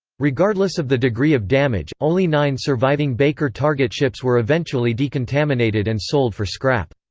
regardless of the degree of damage, only nine surviving baker target ships were eventually decontaminated and sold for scrap.